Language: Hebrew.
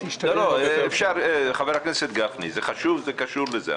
זה חשוב וקשור לזה.